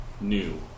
new